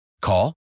Call